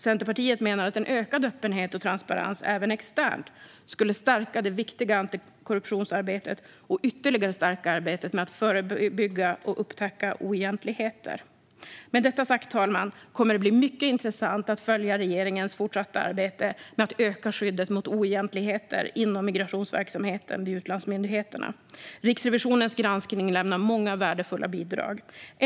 Centerpartiet menar att en ökad öppenhet och transparens även externt skulle stärka det viktiga antikorruptionsarbetet och ytterligare stärka arbetet med att förebygga och upptäcka oegentligheter. Med detta sagt, fru talman, kommer det att bli mycket intressant att följa regeringens fortsatta arbete med att öka skyddet mot oegentligheter inom migrationsverksamheten vid utlandsmyndigheterna. Riksrevisionens granskning lämnar många värdefulla bidrag till detta arbete.